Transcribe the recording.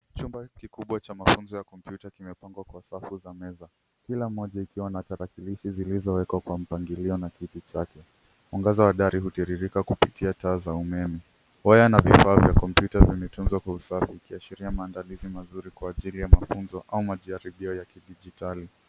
Chumba kikubwa cha mafunzo ya komputa kimepangwa kwa safu za meza, kila moja ikiwa na tarakilishi zilizowekwa kwa mpangilio na kiti chake. Mwangaza wa dari hutiririka kupitia taa za umeme. Waya na vifaa vya komputa vimetunzwa kwa usafi vikiashiria maandalizi mazuri kwa ajili ya mafunzo au majaribio ya kidijitali.